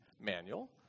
manual